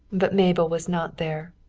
but mabel was not there,